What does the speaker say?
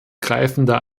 greifender